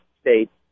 states